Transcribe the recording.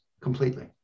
completely